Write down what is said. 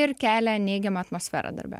ir kelia neigiamą atmosferą darbe